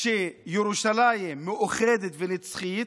שירושלים מאוחדת ונצחית,